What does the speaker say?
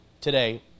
today